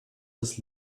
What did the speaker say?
des